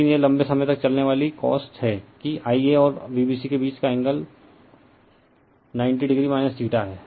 लेकिन यह लंबे समय तक चलने वाली कास्ट है कि Ia और Vbc के बीच का एंगल 90o है